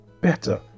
better